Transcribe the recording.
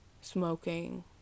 smoking